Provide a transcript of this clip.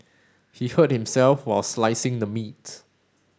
he hurt himself while slicing the meat